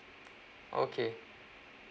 okay